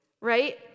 right